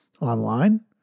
online